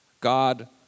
God